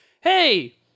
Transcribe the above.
hey